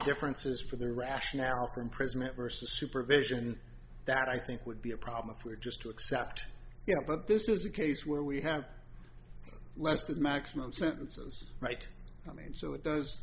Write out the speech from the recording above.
differences for the rationale for imprisonment versus supervision that i think would be a problem if we're just to accept you know but this is a case where we have less than maximum sentences right i mean so it does